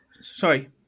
Sorry